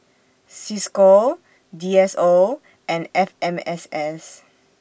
CISCO D S O and F M S S